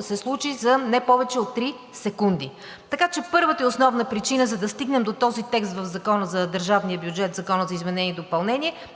се случи за не повече от три секунди. Така че първата и основна причина, за да стигнем до този текст в Закона за изменение и допълнение